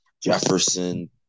Jefferson